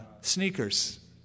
sneakers